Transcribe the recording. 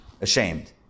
ashamed